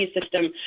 system